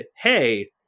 Hey